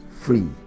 free